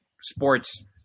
sports